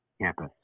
campus